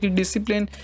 discipline